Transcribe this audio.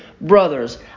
brothers